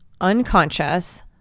unconscious